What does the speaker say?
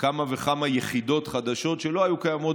כמה וכמה יחידות חדשות שלא היו קיימות